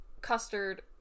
custard